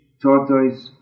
tortoise